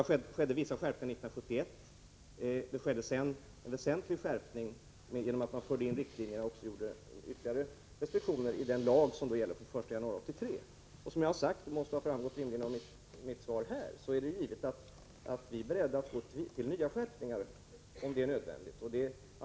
Det genomfördes vissa skärpningar 1971. En väsentlig skärpning kom när vi införde riktlinjerna och ytterligare restriktioner i den lag som trädde i kraft den 1 januari 1983. Som framgått av mitt svar är vi beredda att företa nya skärpningar, om det blir nödvändigt.